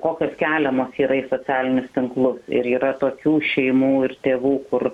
kokios keliamos yra į socialinius tinklus ir yra tokių šeimų ir tėvų kur